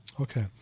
Okay